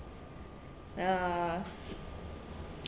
ah